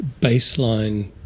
baseline